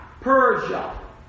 Persia